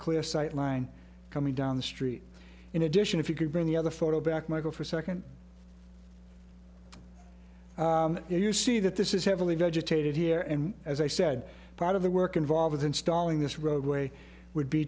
clear sight line coming down the street in addition if you could bring the other photo back michael for a second if you see that this is heavily vegetated here and as i said part of the work involves installing this roadway would be